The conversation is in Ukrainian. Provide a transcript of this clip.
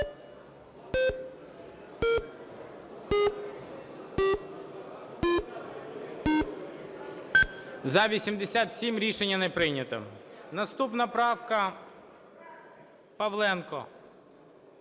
За-87 Рішення не прийнято. Наступна правка Паавленка.